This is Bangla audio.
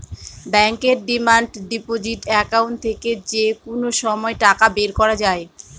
ব্যাঙ্কের ডিমান্ড ডিপোজিট একাউন্ট থেকে যে কোনো সময় টাকা বের করা যায়